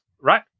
right